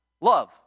Love